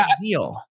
deal